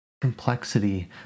Complexity